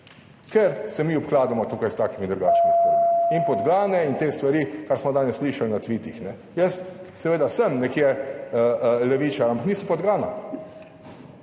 ker se mi obkladamo tukaj s takimi in drugačnimi stvarmi in podgane in te stvari, kar smo danes slišali na tweetih, ne. Jaz seveda sem nekje levičar, ampak niso podgana,